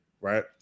right